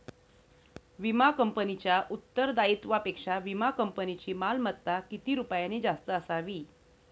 विमा कंपनीच्या उत्तरदायित्वापेक्षा विमा कंपनीची मालमत्ता किती रुपयांनी जास्त असावी?